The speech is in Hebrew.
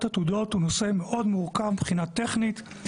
עתודות הוא נושא מאוד מורכב מבחינה טכנית.